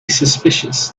suspicious